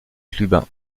clubin